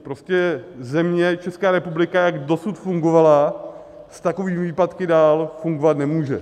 Prostě země, Česká republika, jak dosud fungovala, s takovými výpadky dál fungovat nemůže.